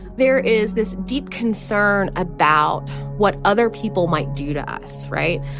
there is this deep concern about what other people might do to us. right?